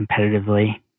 competitively